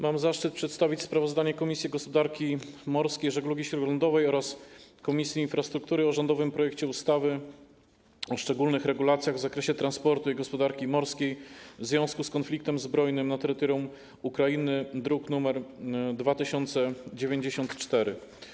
Mam zaszczyt przedstawić sprawozdanie Komisji Gospodarki Morskiej i Żeglugi Śródlądowej oraz Komisji Infrastruktury o rządowym projekcie ustawy o szczególnych regulacjach w zakresie transportu i gospodarki morskiej w związku z konfliktem zbrojnym na terytorium Ukrainy, druk nr 2094.